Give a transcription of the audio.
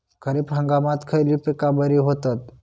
खरीप हंगामात खयली पीका बरी होतत?